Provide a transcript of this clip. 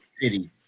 city